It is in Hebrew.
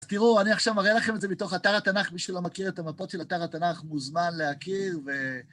תראו, אני עכשיו אראה לכם את זה בתוך אתר התנ״ך, מי שלא מכיר את המפות של אתר התנ״ך, מוזמן להכיר ו...